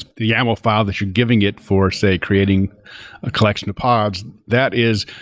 the yaml file that you are giving it for, say, creating a collection of pods, that is,